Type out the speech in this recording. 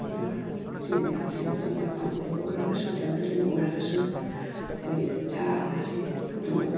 ꯏꯆꯤꯟ ꯏꯅꯥꯎꯁꯤꯡ ꯆꯤꯡꯗ ꯂꯩꯕ ꯑꯣꯏꯔꯒꯁꯨ ꯇꯝꯗ ꯂꯩꯕ ꯑꯣꯏꯔꯒꯁꯨ ꯑꯩꯈꯣꯏ ꯁꯥ ꯉꯥꯁꯦ ꯑꯗꯨꯃꯛ